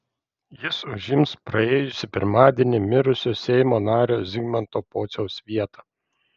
jis užims praėjusį pirmadienį mirusio seimo nario zigmanto pociaus vietą